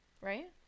right